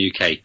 UK